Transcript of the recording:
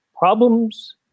Problems